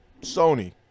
sony